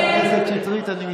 די,